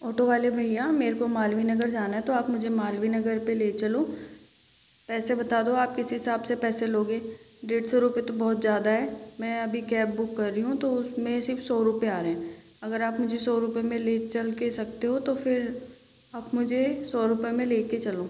auto वाले भैया मेरे को मालवीय नगर जाना है तो आप मुझे मालवीय नगर पर ले चलो पैसे बता दो आप किस हिसाब से पैसे लोगे डेढ़ सौ रुपए तो बहुत ज़्यादा है मैं अभी कैब बुक कर रही हूँ तो उसमें सिर्फ सौ रुपए आ रहे हैं अगर आप मुझे सौ रुपए में ले चल के सकते हो तो फिर आप मुझे सौ रुपए में लेकर चलो